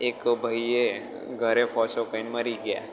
એક ભાઈ એ ગળે ફાંસો ખાઈને મરી ગયા